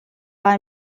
war